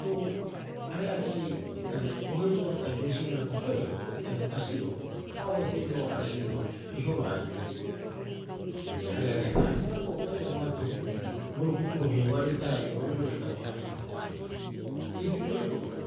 Uu, are'are'ei kai bo heruba kai bo resiura rakoperero kai bo kasi'oo o a boropoi'oo are'ei ato hiobaa ii'oo. Arearea paaebohara hioko'i oru aira boatoro bo rukutu roheoare tarai'oroeri roo'ore irau- haa'ita. Ii hiruroo hioko'i